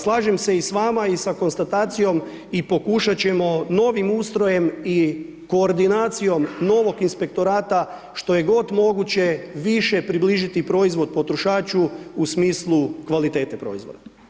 Slažem se i s vama i sa konstatacijom i pokušat ćemo novim ustrojem i koordinacijom novog inspektorata što je god moguće više približiti proizvod potrošaču u smislu kvalitete proizvoda.